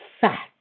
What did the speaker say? fat